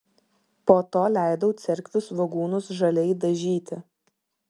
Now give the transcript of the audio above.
po to leidau cerkvių svogūnus žaliai dažyti